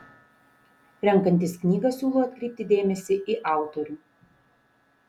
renkantis knygą siūlau atkreipti dėmesį į autorių